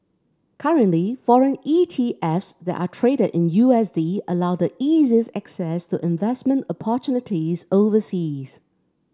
currently foreign E T Fs that are traded in U S D allow the easiest access to investment opportunities overseas